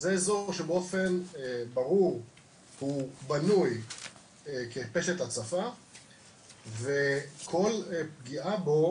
וזה אזור שבאופן ברור הוא בנוי כפשט הצפה וכל פגיעה בו